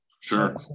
Sure